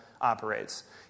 operates